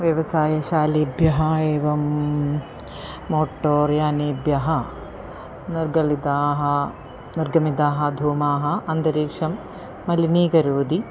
व्यवसायशालेभ्यः एवं मोटोर्यानेभ्यः निर्गलितः निर्गमितः धूमः अन्तरीक्षं मलिनीकरोति